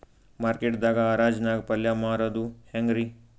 Market ದಾಗ್ ಹರಾಜ್ ನಾಗ್ ಪಲ್ಯ ಮಾರುದು ಹ್ಯಾಂಗ್ ರಿ?